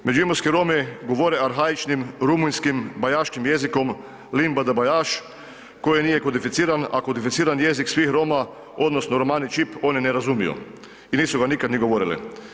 Međimurski Romi govore arhaičnim rumunjskim bajaškim jezikom limba d'bajaš koji nije kodificiran, a kodificiran jezik svih Roma odnosno romani čip oni ne razumiju i nisu ga nikad ni govorili.